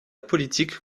politique